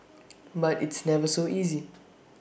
but it's never so easy